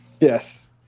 Yes